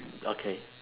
okay